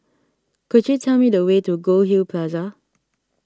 could you tell me the way to Goldhill Plaza